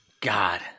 god